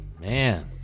Man